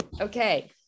Okay